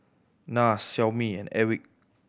Nars Xiaomi and Airwick